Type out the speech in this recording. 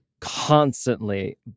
constantly